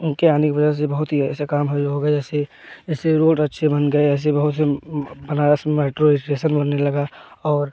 उनके आने की वजह से बहुत ही ऐसा काम है जो हो गया जैसे जैसे रोड अच्छे बन गए ऐसे बहुत से बनारस में मेट्रो इस्टेसन बनने लगा और